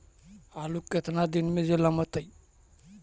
आलू केतना दिन में जलमतइ?